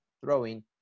throwing